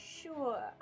sure